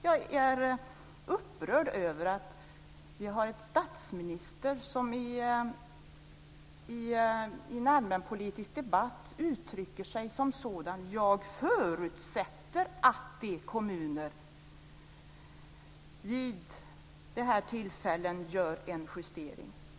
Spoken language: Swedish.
Jag är upprörd över att vi har en statsminister som i en allmänpolitisk debatt uttrycker sig så här: Jag förutsätter att de här kommunerna vid det här tillfället gör en justering.